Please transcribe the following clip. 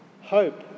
Hope